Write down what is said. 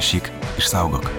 rašyk išsaugok